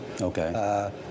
Okay